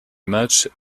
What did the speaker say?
matchs